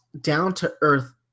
down-to-earth